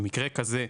במקרה כזה,